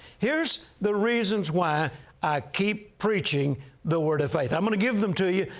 here's the reasons why i keep preaching the word of faith. i'm going to give them to you,